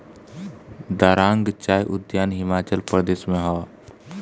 दारांग चाय उद्यान हिमाचल प्रदेश में हअ